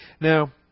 Now